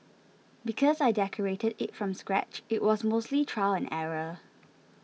because I decorated it from scratch it was mostly trial and error